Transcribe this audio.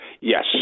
yes